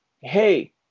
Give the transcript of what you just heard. hey